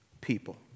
people